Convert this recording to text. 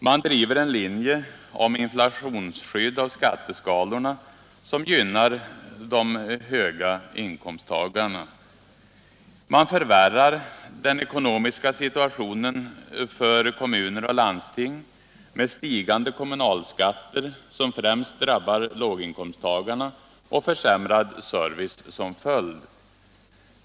Man driver en linje om inflationsskydd av skatteskalorna som gynnar de högre inkomsttagarna. Man förvärrar den ekonomiska situationen för kommuner och landsting, med stigande kommunalskatter — som främst drabbar låginkomsttagarna — och försämrad service som följd.